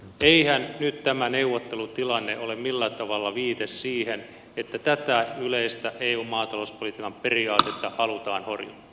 eihän nyt tämä neuvottelutilanne ole millään tavalla viite siihen että tätä yleistä eun maatalouspolitiikan periaatetta halutaan horjuttaa